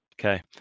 Okay